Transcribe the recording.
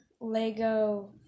Lego